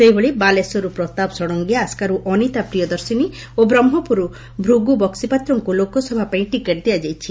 ସେହିଭଳି ବାଲେଶ୍ୱରରୁ ପ୍ରତାପ ଷଡ୍ଙଗୀ ଆସ୍କାରୁ ଅନିତା ପ୍ରିୟଦର୍ଶିନୀ ଓ ବ୍ରହ୍କପୁରରୁ ଭୃଗୁ ବକ୍ୱିପାତ୍ରଙ୍କୁ ଲୋକସଭା ପାଇଁ ଟିକେଟ୍ ଦିଆଯାଇଛି